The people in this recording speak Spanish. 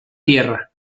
tierra